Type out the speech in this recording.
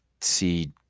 see –